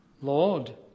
Lord